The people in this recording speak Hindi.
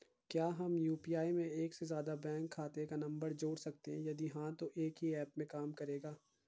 क्या हम यु.पी.आई में एक से ज़्यादा बैंक खाते का नम्बर जोड़ सकते हैं यदि हाँ तो एक ही ऐप में काम करेगा?